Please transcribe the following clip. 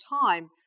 time